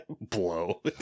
blow